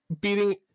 beating